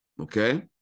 okay